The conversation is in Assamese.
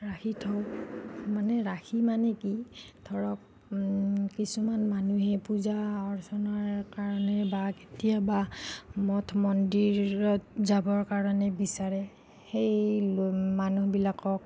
ৰাখি থওঁ মানে ৰাখি মানে কি ধৰক কিছুমান মানুহে পূজা অৰ্চনাৰ কাৰণে বা কেতিয়াবা মঠ মন্দিৰত যাবৰ কাৰণে বিচাৰে সেই লো মানুহবিলাকক